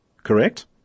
Correct